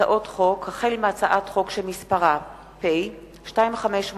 החל מהצעת חוק שמספרה פ/2582/18